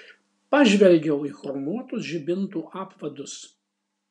pažvelgiau į chromuotus žibintų apvadus